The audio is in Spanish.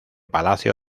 palacio